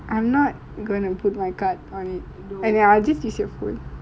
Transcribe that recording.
I'm not gonna put my card on it and then I'll just be free